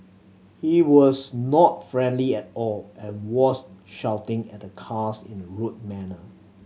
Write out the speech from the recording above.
he was not friendly at all and was shouting at the cars in a rude manner